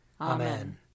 Amen